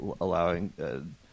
allowing